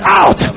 out